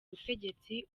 butegetsi